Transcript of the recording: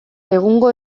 egungo